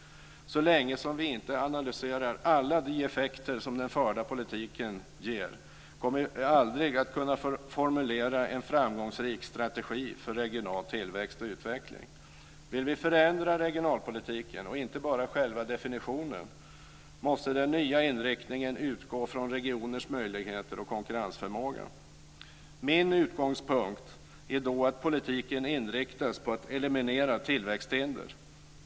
Så länge som vi inte analyserar alla de effekter som den förda politiken ger kommer vi aldrig att kunna formulera en framgångsrik strategi för regional tillväxt och utveckling. Om vi vill förändra regionalpolitiken, och inte bara själva definitionen, måste den nya inriktningen utgå från regioners möjligheter och konkurrensförmåga. Min utgångspunkt är då att politiken ska inriktas på att eliminera tillväxthinder.